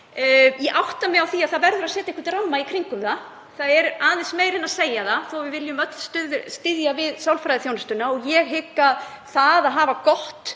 Ég átta mig á því að það verður að setja einhvern ramma í kringum það. Það er aðeins meira en að segja það þótt við viljum öll styðja við sálfræðiþjónustuna og ég hygg að það að hafa gott